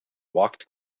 walked